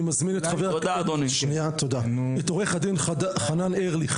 אני מזמין את עורך הדין חנן ארליך,